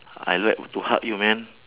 I like to hug you man